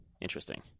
Interesting